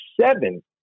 seven